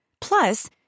Plus